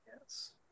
Yes